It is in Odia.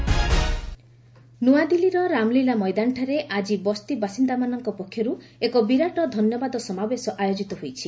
ପିଏମ୍ ର୍ୟାଲି ନୂଆଦିଲ୍ଲୀର ରାମଲୀଳା ମଇଦାନଠାରେ ଆଜି ବସ୍ତିବାସିନ୍ଦାମାନଙ୍କ ପକ୍ଷର୍ ଏକ ବିରାଟ ଧନ୍ୟବାଦ ସମାବେଶ ଆୟୋଜିତ ହୋଇଛି